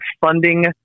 funding